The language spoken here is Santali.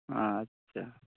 ᱟᱪᱪᱷᱟ